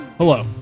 Hello